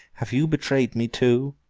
have you betrayed me too